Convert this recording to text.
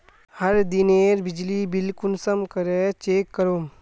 हर दिनेर बिजली बिल कुंसम करे चेक करूम?